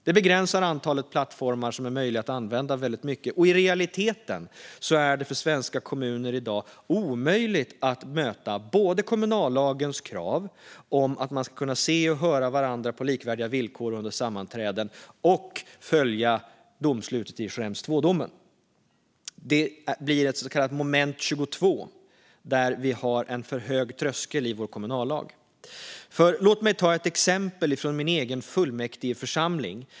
Det begränsar väldigt mycket antalet plattformar som är möjliga att använda, och i realiteten är det för svenska kommuner i dag omöjligt att både möta kommunallagens krav om att man ska kunna se och höra varandra på likvärdiga villkor under sammanträden och följa Schrems II-domen. Det blir ett så kallat moment 22, där vi har en för hög tröskel i vår kommunallag. Låt mig ta ett exempel från min egen fullmäktigeförsamling.